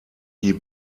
die